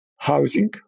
housing